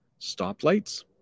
stoplights